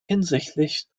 hinsichtlich